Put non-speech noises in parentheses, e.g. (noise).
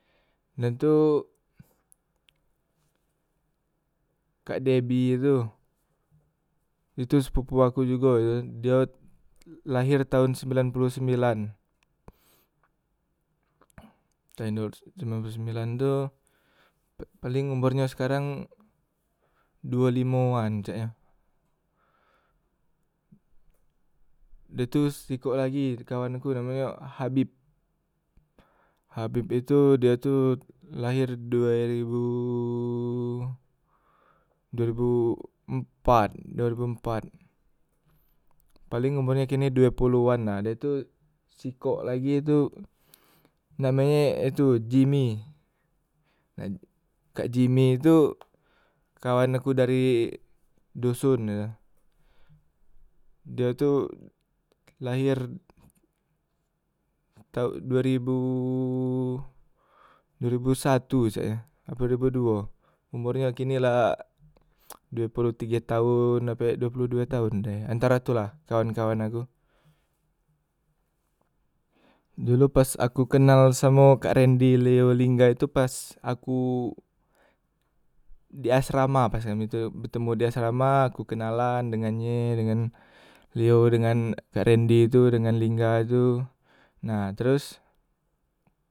Dem tu kak debi e tu, itu sepupu aku jugo e tu, dio laher taon sembilan poloh sembilan, (unintelligible) sembilan poloh sembilan tu pa paleng umurnyo sekarang duo limoan caknyo. Dah tu sikok lagi kawan aku namonyo habib, habib itu dio tu laher taon due ribu due ribu empat due ribu empat, paleng umornyo kini due poloan lah. Dah tu sikok lagi namenye itu jimi, nah ej kak jimi tu kawan aku dari doson e tu, dio tu laher tao due ribu duo ribu satu caknyo apo duo ribu duo, umornyo kini la (noise) due poloh due taon ape due poloh tige taon deh antara tu la kawan- kawan aku. Dolo pas aku kenal samo kak rendi, leo, lingga itu pas aku di asrama pas kami tu betemu di asrama aku kenalan dengan nye dengan leo dengan kak rendi tu dengan lingga tu. Nah tros